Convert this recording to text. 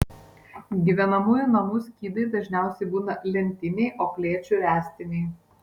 gyvenamųjų namų skydai dažniausiai būna lentiniai o klėčių ręstiniai